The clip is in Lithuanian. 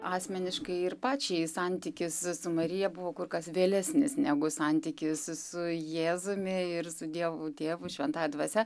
asmeniškai ir pačiai santykis su marija buvo kur kas vėlesnis negu santykis su jėzumi ir su dievu tėvu šventąja dvasia